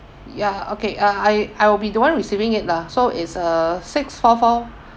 ya okay uh I I will be the one receiving it lah so is uh six four four